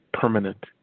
permanent